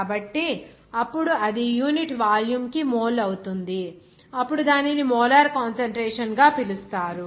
కాబట్టి అప్పుడు అది యూనిట్ వాల్యూమ్కు మోల్ అవుతుంది అప్పుడు దానిని మోలార్ కాన్సంట్రేషన్ గా పిలుస్తారు